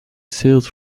sailed